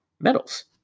metals